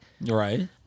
Right